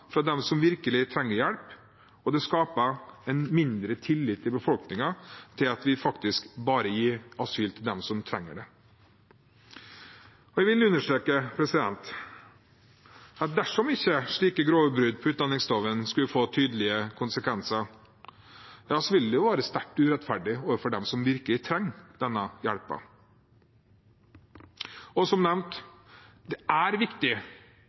fra dem som virkelig trenger hjelp, og det skaper mindre tillit i befolkningen til at vi faktisk bare gir asyl til dem som trenger det. Jeg vil understreke at dersom slike grove brudd på utlendingsloven ikke skulle få tydelige konsekvenser, ville det være sterkt urettferdig overfor dem som virkelig trenger denne hjelpen. Og som nevnt: Det er viktig